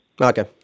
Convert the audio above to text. Okay